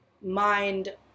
mind